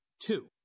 Two